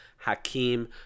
Hakim